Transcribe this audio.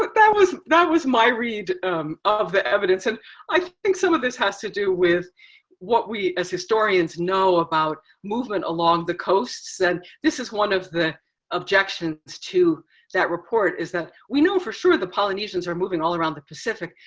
but that was, that was my read of the evidence. and i think some of this has to do with what we as historians know about movement along the coasts. and this is one of the objections to that report is that we know for sure the polynesians are moving all around the pacific.